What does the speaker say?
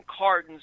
Cardin's